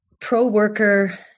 pro-worker